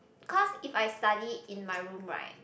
cause if I study in my room right